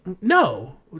no